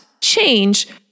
change